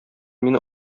мине